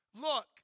look